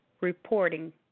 reporting